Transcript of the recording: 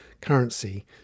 currency